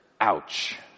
ouch